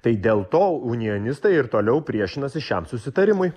tai dėl to unjonistai ir toliau priešinasi šiam susitarimui